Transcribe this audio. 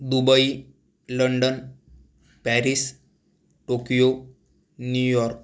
Dubai London Paris Tokyo New York